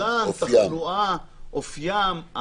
או גודלם, תחלואה, אופיים.